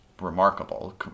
remarkable